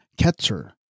Ketzer